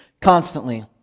constantly